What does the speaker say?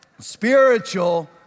spiritual